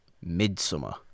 Midsummer